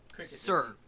sir